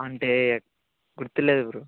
అంటే గుర్తులేదు బ్రో